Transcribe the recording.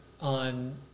on